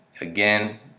Again